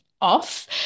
off